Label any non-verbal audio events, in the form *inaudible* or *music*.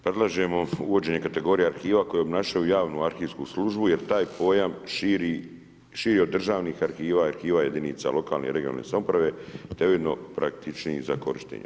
Predlažemo uvođenje kategorije arhiva koji obnašaju javnu arhivsku službu jer taj pojam širi državnih arhiva i arhiva jedinica lokalne i regionalne samouprave … *unintelligible* praktičniji za korištenje.